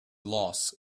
loss